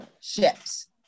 ships